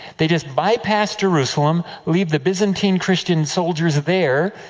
they just bypass jerusalem, leave the byzantine christian soldiers there,